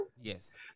Yes